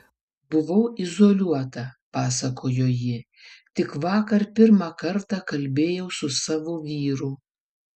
buvau izoliuota pasakojo ji tik vakar pirmą kartą kalbėjau su savo vyru